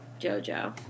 Jojo